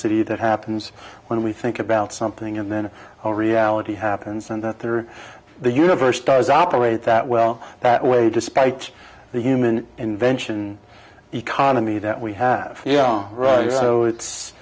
city that happens when we think about something and then the reality happens and that there are the universe does operate that well that way despite the human invention economy that we have yeah right so it's